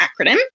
acronym